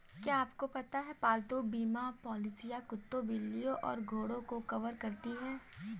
क्या आपको पता है पालतू बीमा पॉलिसियां कुत्तों, बिल्लियों और घोड़ों को कवर करती हैं?